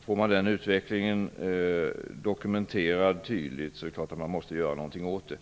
Får man den utvecklingen tydligt dokumenterad är det klart att man måste göra någonting åt den.